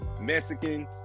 Mexican